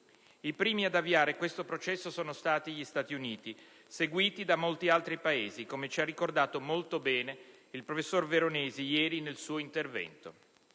I primi ad avviare questo processo sono stati gli Stati Uniti, seguiti da molti altri Paesi, come ci ha ricordato molto bene il professor Veronesi ieri nel suo intervento.